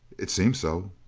it seemed so.